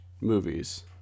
movies